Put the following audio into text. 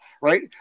right